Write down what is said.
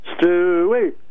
Stewie